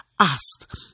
Asked